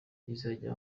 izajya